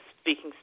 speaking